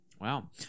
Wow